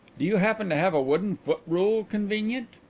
do you happen to have a wooden foot-rule convenient?